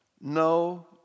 No